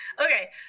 okay